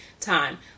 time